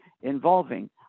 involving